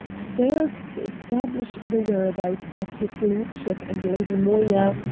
failed to establish the whereabouts of his lordship and lady moya,